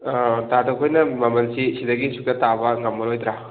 ꯑꯥ ꯇꯥꯗ ꯈꯣꯏꯅ ꯃꯃꯜꯁꯤ ꯁꯤꯗꯒꯤ ꯁꯨꯛꯇꯥ ꯇꯥꯕ ꯉꯝꯃꯔꯣꯏꯗ꯭ꯔꯥ